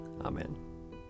Amen